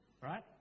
right